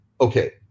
Okay